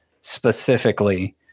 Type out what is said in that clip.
specifically